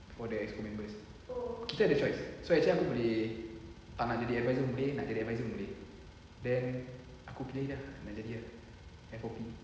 for the exco members kita ada choice so actually aku boleh tak nak jadi advisor boleh nak jadi advisor boleh then aku pilih nak jadi ah F_O_P